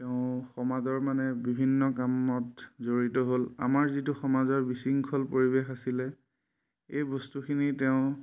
তেওঁ সমাজৰ মানে বিভিন্ন কামত জড়িত হ'ল আমাৰ যিটো সমাজৰ বিশৃংখল পৰিৱেশ আছিলে এই বস্তুখিনি তেওঁ